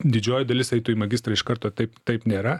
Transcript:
didžioji dalis eitų į magistrą iš karto taip taip nėra